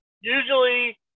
Usually